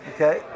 Okay